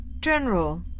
General